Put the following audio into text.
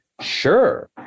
Sure